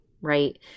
right